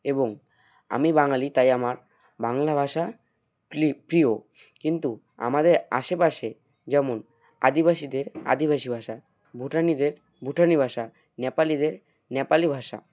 এবং আমি বাঙালি তাই আমার বাংলা ভাষা প্লি প্রিয় কিন্তু আমাদের আশেপাশে যেমন আদিবাসীদের আদিবাসী ভাষা ভুটানিদের ভুটানি ভাষা নেপালিদের নেপালি ভাষা